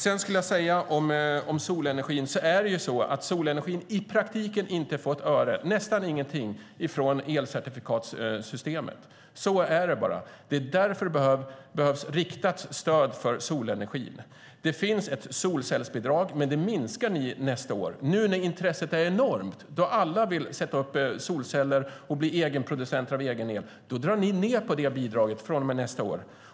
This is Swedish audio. När det gäller solenergin får den i praktiken inte ett öre, nästan ingenting, från elcertifikatssystemet. Så är det bara. Det är därför som det behövs ett riktat stöd till solenergin. Det finns ett solcellsbidrag, men det minskar ni nästa år. Nu när intresset är enormt, när alla vill sätta upp solceller och bli egenproducenter av el, drar ni ned på bidraget från och med nästa år.